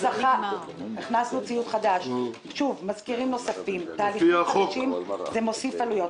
ציוד חדש, מזכירים נוספים - כל זה מוסיף עלויות.